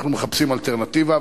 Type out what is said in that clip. אנחנו מחפשים אלטרנטיבה,